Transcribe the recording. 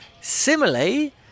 similarly